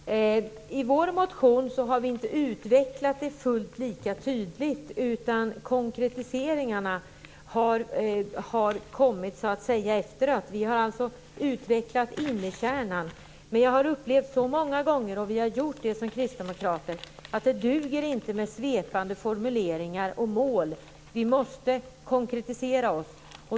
Herr talman! I Kristdemokraternas motion har vi inte utvecklat detta fullt lika tydligt. Konkretiseringarna har så att säga kommit efter det att vi utvecklat innerkärnan. Jag och andra kristdemokrater har upplevt så många gånger att det inte duger med svepande formuleringar och mål. Vi måste konkretisera oss.